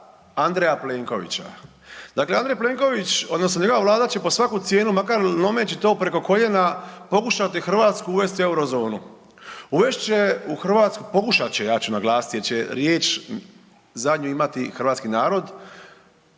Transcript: Andreja Plenkovića. Dakle, Andrej Plenković odnosno njegova Vlada će po svaku cijenu makar lomeći to preko koljena pokušati Hrvatsku uvesti u Eurozonu. Pokušat će ja ću naglasiti jer će riječ zadnju imati hrvatski narod